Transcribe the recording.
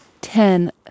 ten